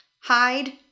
Hide